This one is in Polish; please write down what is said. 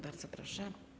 Bardzo proszę.